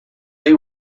they